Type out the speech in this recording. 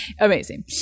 Amazing